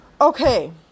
Okay